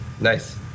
Nice